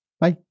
Bye